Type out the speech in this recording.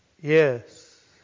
Yes